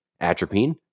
atropine